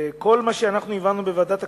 כל מה שהבנו בוועדת הכספים,